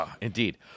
indeed